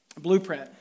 Blueprint